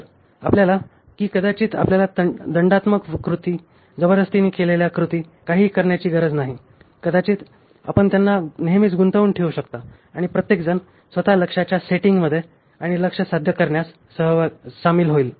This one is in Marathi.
तर आपल्याला की कदाचित आपल्याला दंडात्मक कृती जबरदस्तीने केलेल्या कृती काहीही करण्याची गरज नाही कदाचित आपण त्यांना नेहमीच गुंतवून ठेवू शकता आणि प्रत्येकजण स्वत लक्ष्याच्या सेटिंगमध्ये आणि लक्ष्य साध्य करण्यात सामील होईल